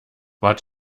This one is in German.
wart